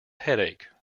headache